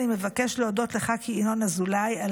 אני מבקש להודות לחבר הכנסת ינון אזולאי על